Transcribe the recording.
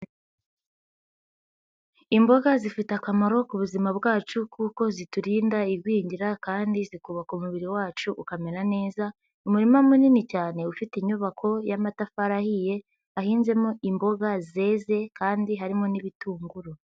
Imboga zifite akamaro ku buzima bwacu kuko ziturinda igwingira kandi zikubaka umubiri wacu ukamera neza, umurima munini cyane ufite inyubako y'amatafari ahiye, hahinzemo imboga zeze, kandi harimo n'ibitunguru.